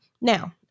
Now